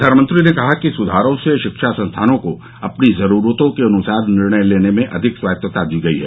प्रधानमंत्री ने कहा कि सुधारों से शिक्षा संस्थानों को अपनी जरूरतों के अनुसार निर्णय लेने में अधिक स्वायत्ता दी गई है